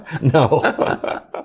No